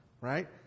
right